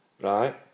right